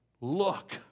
Look